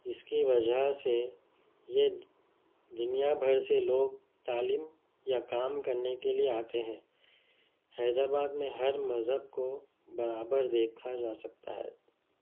اس کی وجہ سے یہ دنیا بھر سے لوگ تعلیم یا کام کرنے کے لئے آتے ہیں حیدر آباد میں ہر مذہب کو برابر دیکھا جا سکتا ہے